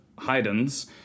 Haydn's